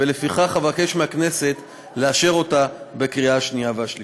ולפיכך אבקש מהכנסת לאשרה בקריאה שנייה ושלישית.